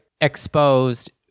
exposed